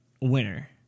winner